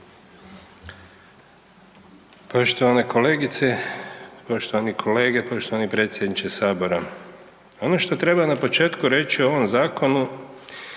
Poštovane kolegice, poštovani kolege, poštovani predsjedniče sabora, ono što treba na početku reći o ovom zakonu